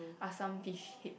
are some fish hip